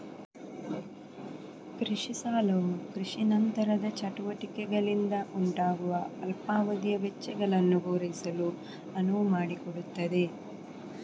ಕೃಷಿ ಸಾಲವು ಕೃಷಿ ನಂತರದ ಚಟುವಟಿಕೆಗಳಿಂದ ಉಂಟಾಗುವ ಅಲ್ಪಾವಧಿಯ ವೆಚ್ಚಗಳನ್ನು ಪೂರೈಸಲು ಅನುವು ಮಾಡಿಕೊಡುತ್ತದೆ